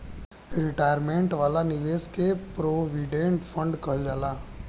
retirement वाला निवेश के प्रोविडेंट फण्ड कहल जाला